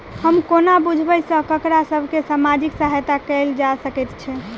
हम कोना बुझबै सँ ककरा सभ केँ सामाजिक सहायता कैल जा सकैत छै?